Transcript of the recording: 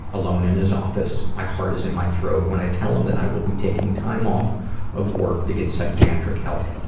alone in his office, my heart is in my throat. when i tell him that i will be taking time off of work to get psychiatric help,